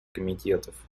комитетов